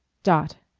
dot.